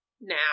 now